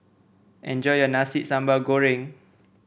enjoy your Nasi Sambal Goreng